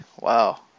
Wow